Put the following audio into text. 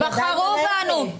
בחרו בנו,